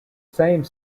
same